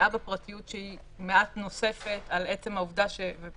בפגיעה בפרטיות ופגיעה בזכויות שהן מעט נוספות על עצם זה